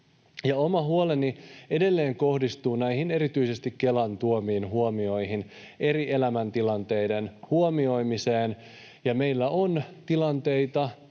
Oma huoleni edelleen kohdistuu näihin erityisesti Kelan tuomiin huomioihin eri elämäntilanteiden huomioimisesta. Meillä on eri tilanteita,